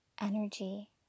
energy